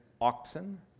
oxen